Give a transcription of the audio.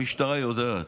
המשטרה יודעת.